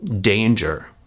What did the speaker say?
danger